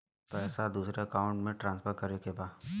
पैसा दूसरे अकाउंट में ट्रांसफर करें के बा?